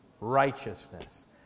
Righteousness